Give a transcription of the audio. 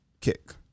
kick